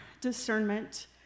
discernment